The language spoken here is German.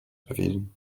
bewiesen